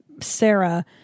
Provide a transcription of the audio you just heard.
Sarah